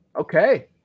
Okay